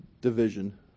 division